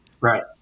Right